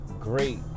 great